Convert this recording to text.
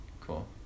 cool